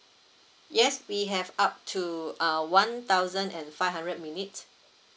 yes we have up to uh one thousand and five hundred minute